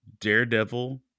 Daredevil